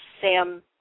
Sam